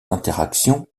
interactions